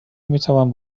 میتوان